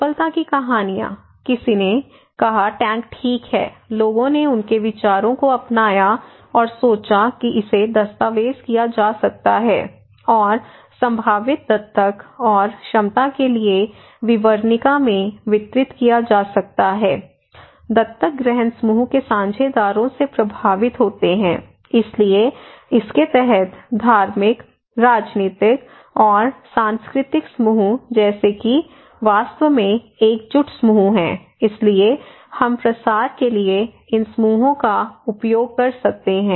सफलता की कहानियाँ किसी ने कहा टैंक ठीक है लोगों ने उनके विचारों को अपनाया और सोचा कि इसे दस्तावेज किया जा सकता है और संभावित दत्तक और क्षमता के लिए विवरणिका में वितरित किया जा सकता है दत्तक ग्रहण समूह के साझेदारों से प्रभावित होते हैं इसलिए इसके तहत धार्मिक राजनीतिक और सांस्कृतिक समूह जैसे कि वास्तव में एकजुट समूह हैं इसलिए हम प्रसार के लिए इन समूहों का उपयोग कर सकते हैं